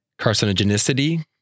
Carcinogenicity